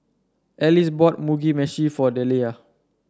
Alice bought Mugi Meshi for Deliah